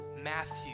Matthew